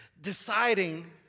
deciding